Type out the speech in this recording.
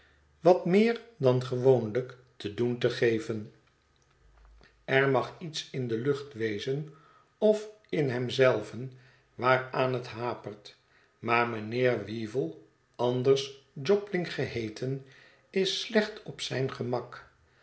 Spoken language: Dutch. wat moer dan gewoonlijk te doen te geven er mag iets in de lucht wezen of in hem zelven waaraan het hapert maar mijnheer weevle anders lobling geheeten is slecht op zijn gemak